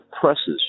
presses